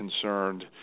concerned